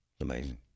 Amazing